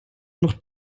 noch